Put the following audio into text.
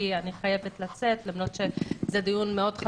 אני חייבת לצאת למרות שזה דיון מאוד חשוב.